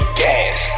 gas